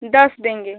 दस देंगे